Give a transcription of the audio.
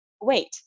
wait